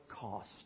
cost